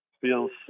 feels